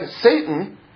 Satan